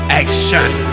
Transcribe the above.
action